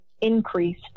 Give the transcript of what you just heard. increased